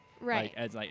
Right